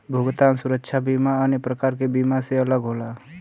भुगतान सुरक्षा बीमा अन्य प्रकार के बीमा से अलग होला